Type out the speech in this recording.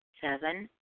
Seven